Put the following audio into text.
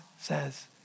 says